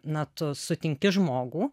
na tu sutinki žmogų